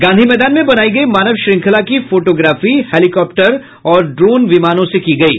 गांधी मैदान में बनायी गयी मानव श्रंखला की फोटोग्राफी हेलिकॉप्टर और ड्रोन से की गयी